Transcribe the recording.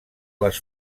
les